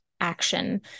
action